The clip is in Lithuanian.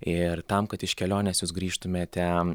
ir tam kad iš kelionės jūs grįžtumėte